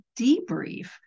debrief